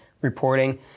reporting